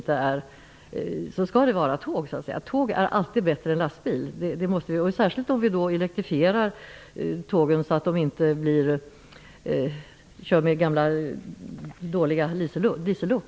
Tåg är alltid bättre än lastbil, särskilt om tågen elektrifieras och inte körs med gamla dåliga diesellok.